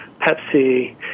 Pepsi